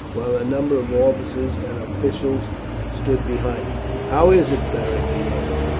while a number of officers and officials stood behind him. how is it, beric, he asked,